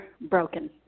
broken